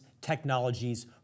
technologies